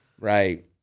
Right